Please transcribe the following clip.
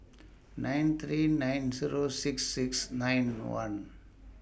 nine three nine Zero six six nine one